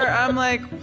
i'm like,